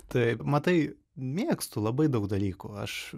taip matai mėgstu labai daug dalykų aš